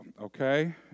okay